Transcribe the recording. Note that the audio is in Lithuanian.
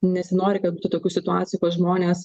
nesinori kad tų tokių situacijų kad žmonės